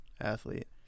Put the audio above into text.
athlete